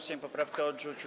Sejm poprawkę odrzucił.